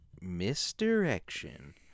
Misdirection